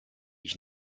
ich